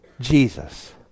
Jesus